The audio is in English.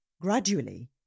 Gradually